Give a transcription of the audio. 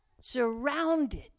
surrounded